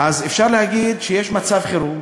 אז אפשר להגיד שיש מצב חירום,